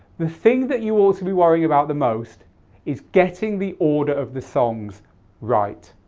the thing that you ought to be worrying about the most is getting the order of the songs right.